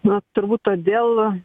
na turbūt todėl